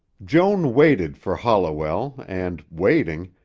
joan waited for holliwell and, waiting,